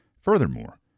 Furthermore